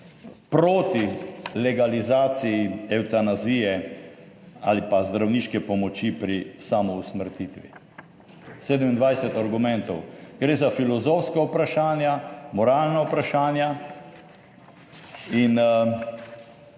proti legalizaciji evtanazije ali pa zdravniške pomoči pri samo usmrtitvi. 27 argumentov. Gre za filozofska vprašanja, moralna vprašanja in